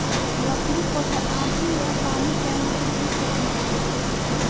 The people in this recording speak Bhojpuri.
लकड़ी पत्थर आती आ पानी के आँख से देख सकल जाला